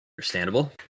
understandable